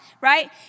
right